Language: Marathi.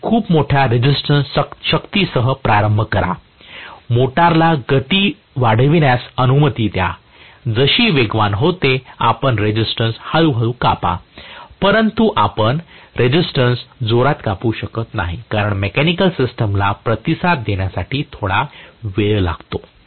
आपण खूप मोठ्या रेसिस्टन्स शक्तीसह प्रारंभ करा मोटारला गती वाढविण्यास अनुमती द्या जशी वेगवान होते आपण रेसिस्टन्स हळू हळू कापा परंतु आपण खरोखरच रेसिस्टन्स जोरात कापू शकत नाही कारण मेकॅनिकल सिस्टिम ला प्रतिसाद देण्यासाठी थोडा वेळ लागतो